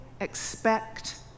expect